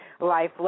life